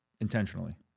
Intentionally